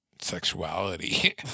sexuality